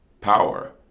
power